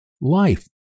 Life